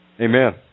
Amen